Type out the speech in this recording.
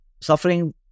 suffering